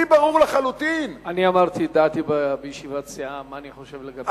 אני אמרתי את דעתי בישיבת סיעה מה אני חושב לגבי,